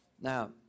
Now